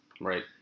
right